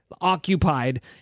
Occupied